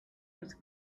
his